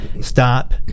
stop